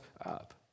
up